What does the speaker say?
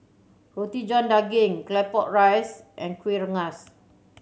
Roti John Daging Claypot Rice and Kueh Rengas